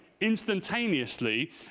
instantaneously